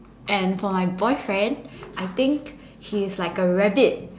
and for my boyfriend I think he is like a rabbit